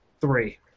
three